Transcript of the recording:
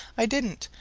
i didn't,